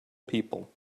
people